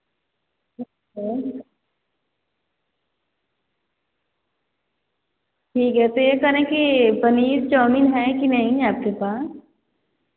ठीक है तो यह करें की पनीर चौमिन है कि नहीं आपके पास